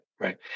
Right